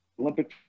Olympic